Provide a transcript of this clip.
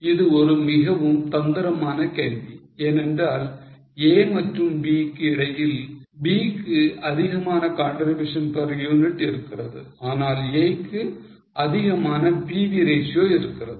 இது ஒரு மிகவும் தந்திரமான கேள்வி ஏனென்றால் A மற்றும் B க்கு இடையில் B க்கு அதிகமான contribution per unit இருக்கிறது ஆனால் A க்கு அதிகமான PV ratio இருக்கிறது